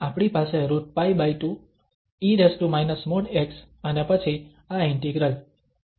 તો આપણી પાસે √π2 e |x| અને પછી આ ઇન્ટિગ્રલ